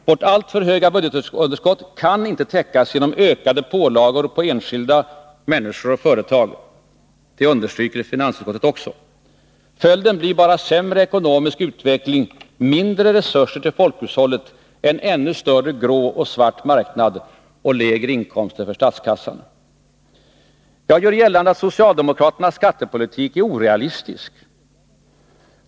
Vårt alltför höga budgetunderskott kan inte täckas genom ökade pålagor på enskilda människor och företag, det understryker finansutskottet också. Följden blir sämre ekonomisk utveckling, mindre resurser till folkhushållet, en ännu större grå och svart marknad samt lägre inkomster för statskassan. Jag gör gällande att socialdemokraternas skattepolitik är orealistisk.